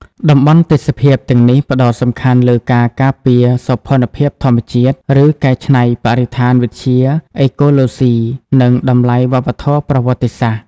តំបន់ទេសភាពទាំងនេះផ្តោតសំខាន់លើការការពារសោភ័ណភាពធម្មជាតិ ឬកែច្នៃ បរិស្ថានវិទ្យា អេកូឡូស៊ី និងតម្លៃវប្បធម៌ប្រវត្តិសាស្ត្រ។